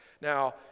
Now